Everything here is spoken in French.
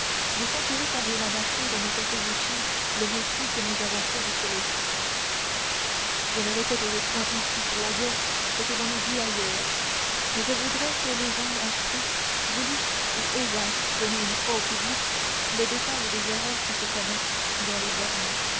vous sentirez combien la nature nous fait payer cher le mépris que nous avons fait de ses leçons je ne répéterai point ici sur la guerre ce que j'en ai dit ailleurs mais je voudrais que les gens instruits voulussent ou osassent donner une fois au public le détail des horreurs qui se commettent dans les armées